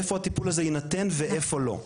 איפה הטיפול הזה יינתן ואיפה לא.